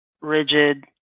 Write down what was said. rigid